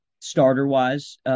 starter-wise